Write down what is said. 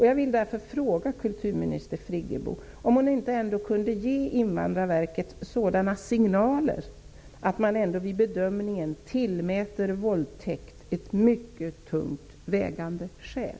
Jag vill därför fråga kulturminister Friggebo om hon ändå inte kunde ge Invandrarverket sådana signaler att man vid bedömningen tillmäter våldtäkt betydelsen av mycket tungt vägande skäl.